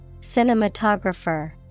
Cinematographer